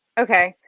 okay,